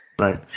Right